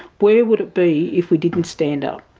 where would it be if we didn't stand up,